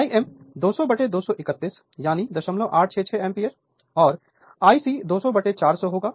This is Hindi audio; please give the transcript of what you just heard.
Refer Slide Time 0255 Im 200231 यानी 0866 एम्पीयर और Ic 200400 होगा